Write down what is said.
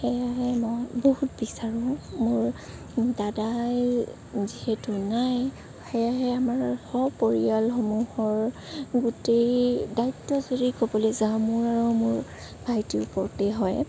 এইয়াহে মই বহুত বিচাৰোঁ মোৰ দাদাই যিহেতু নাই সেয়েহে আমাৰ সপৰিয়ালসমূহৰ গোটেই দায়িত্ব যদি ক'বলৈ যাওঁ মোৰ আৰু মোৰ ভাইটিৰ ওপৰতেই হয়